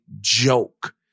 joke